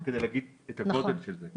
פשוט כדי להסביר את הגודל של זה.